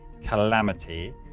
Calamity